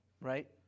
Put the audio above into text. Right